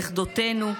נכדותינו,